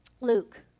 Luke